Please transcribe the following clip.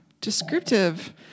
descriptive